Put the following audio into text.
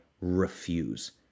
refuse